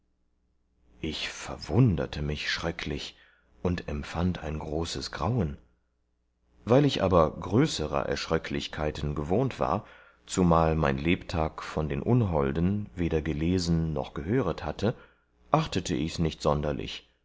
ich verwunderte mich schröcklich und empfand ein großes grauen weil ich aber größerer erschröcklichkeiten gewohnt war zumal mein lebtag von den unholden weder gelesen noch gehöret hatte achtete ichs nicht sonderlich